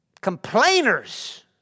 complainers